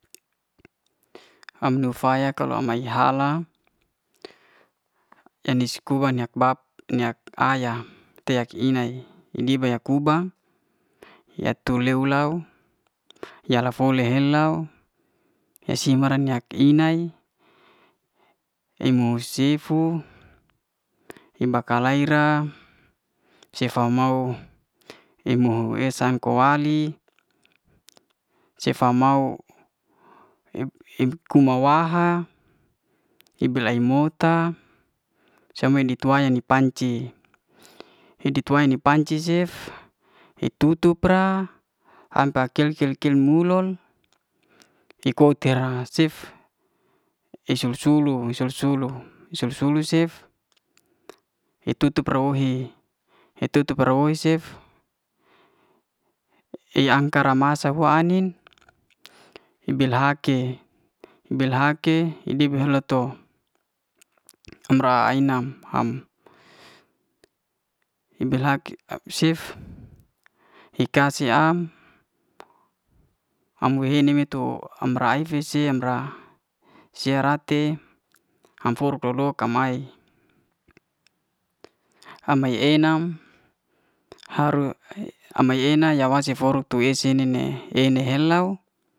Am'yo fala kelo mae- hala enis'kuba nyak bap ny'ak ayah teik in'nai di bey'a kuba yatu leu'lau yalu fole helau yasi mara niak i'nai imu sifu iba'kalai ra sefa mau imhu esayin kowaly sefa mau, ib ib ko mau'waha ib'blai mota sami di tuai ni panci. E di tuai ni panci cef i tutup ra am'bakil kil- kil molol i kol- tera cef. is'sul- sulu, is sul- sulu is sul- sulu cef he tutup ro'hi he tutup ro'hi cef i angka ra masa fu ai'nin ibil'haki ibil'haki ib mo'loto am'bram ai'nam am ib lihake cef hi ka si'am am hueni mi to am'bra ais'iam ra sya'rate am forok lo- lo ka mae, am bya'enam am bya'enam ya fasik forok to esy'enine, ani. enin el'lau